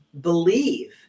believe